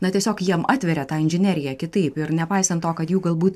na tiesiog jiem atveria tą inžineriją kitaip ir nepaisant to kad jų galbūt